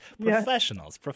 Professionals